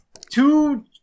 two